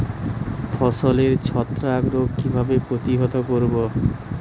ফসলের ছত্রাক রোগ কিভাবে প্রতিহত করব?